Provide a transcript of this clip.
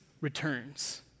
returns